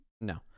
no